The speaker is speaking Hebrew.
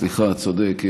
סליחה, צודק.